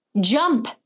Jump